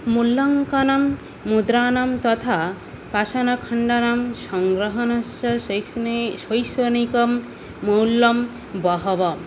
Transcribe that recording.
मूल्याङ्कानां मुद्राणां तथा पाषाणखण्डानां सङ्ग्रहणस्य शैक्षणि शैक्षणिकं मौल्यं बहवः